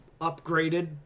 upgraded